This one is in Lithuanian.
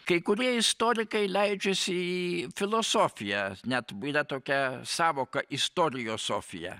kai kurie istorikai leidžiasi į filosofiją net yra tokia sąvoka istoriosofija